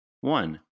one